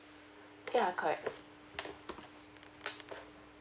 ya correct